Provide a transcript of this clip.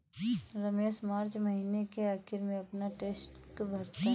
Ramesh March महीने के आखिरी में अपना टैक्स भरता है